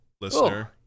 listener